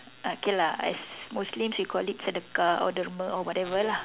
okay lah as Muslims we called it sedekah or derma or whatever lah